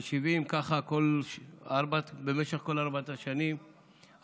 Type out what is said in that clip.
ו-80,000 ככה במשך כל ארבע השנים,